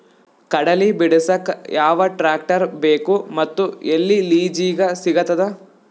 ಕಡಲಿ ಬಿಡಸಕ್ ಯಾವ ಟ್ರ್ಯಾಕ್ಟರ್ ಬೇಕು ಮತ್ತು ಎಲ್ಲಿ ಲಿಜೀಗ ಸಿಗತದ?